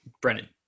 Brennan